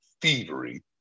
thievery